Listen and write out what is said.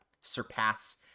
surpass